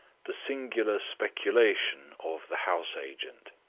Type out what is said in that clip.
the singular speculation of the house-agent